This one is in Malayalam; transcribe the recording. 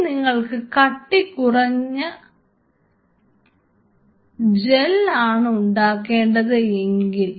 ഇനി നിങ്ങൾക്ക് കട്ടികുറഞ്ഞ ജെൽ ആണ് ഉണ്ടാക്കേണ്ടത് എങ്കിൽ